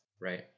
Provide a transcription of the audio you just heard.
right